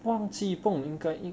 忘记不懂应该应